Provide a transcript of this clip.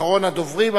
אחרון הדוברים.